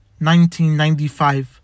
1995